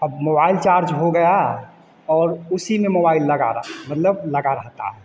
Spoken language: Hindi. अब मोबाइल चार्ज हो गया और उसी में मोबाइल लगा रहा मतलब लगा रहता है